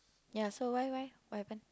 ya so why why what happen